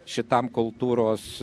šitam kultūros